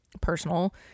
personal